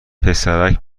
پسرک